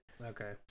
okay